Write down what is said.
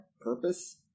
purpose